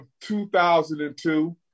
2002